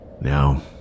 Now